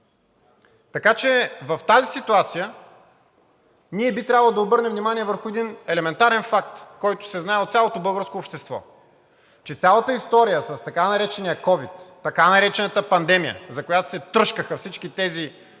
нас. В тази ситуация ние би трябвало да обърнем внимание върху един елементарен факт, който се знае от цялото българско общество – че цялата история с така наречения ковид, така наречената пандемия, за която се тръшкаха всички тези